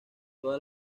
todas